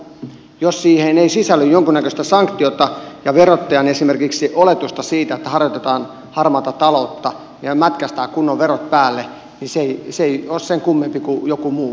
jos siihen ei sisälly jonkinnäköistä sanktiota ja esimerkiksi verottajan oletusta siitä että harjoitetaan harmaata taloutta ja mätkäistään kunnon verot päälle niin se ei ole sen kummempi kuin jokin muu suositus